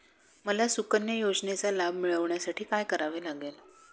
मला सुकन्या योजनेचा लाभ मिळवण्यासाठी काय करावे लागेल?